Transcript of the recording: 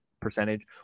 percentage